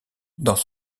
dans